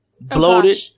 bloated